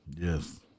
Yes